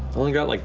only got, like